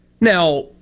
Now